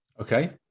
okay